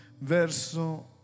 verso